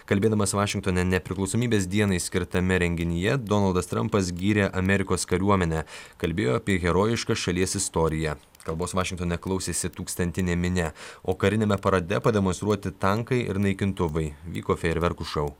kalbėdamas vašingtone nepriklausomybės dienai skirtame renginyje donaldas trampas gyrė amerikos kariuomenę kalbėjo apie herojišką šalies istoriją kalbos vašingtone klausėsi tūkstantinė minia o kariniame parade pademonstruoti tankai ir naikintuvai vyko fejerverkų šou